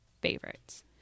favorites